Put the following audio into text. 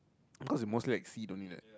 because they mostly like seed only right